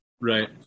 right